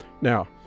Now